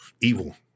evil